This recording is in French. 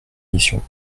missions